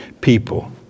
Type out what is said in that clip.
people